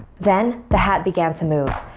then, the hat began to move.